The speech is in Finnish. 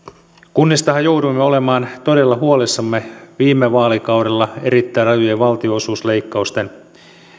kunnistahan jouduimme olemaan todella huolissamme viime vaalikaudella erittäin rajujen valtionosuusleikkausten